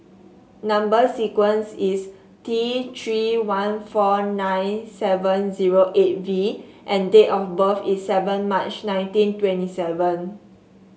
number sequence is T Three one four nine seven zero eight V and date of birth is seven March nineteen twenty seven